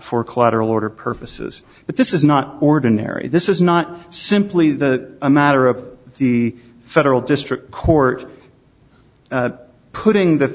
for collateral order purposes but this is not ordinary this is not simply the a matter of the federal district court putting the